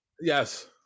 Yes